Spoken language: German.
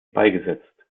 beigesetzt